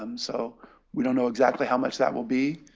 um so we don't know exactly how much that will be,